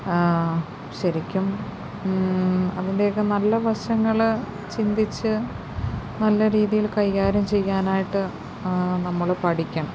ശരിക്കും അതിൻറ്റെ ഒക്കെ നല്ല വശങ്ങള് ചിന്തിച്ച് നല്ല രീതിയിൽ കൈകാര്യം ചെയ്യാനായിട്ട് നമ്മള് പഠിക്കണം